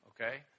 okay